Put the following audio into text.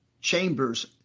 Chambers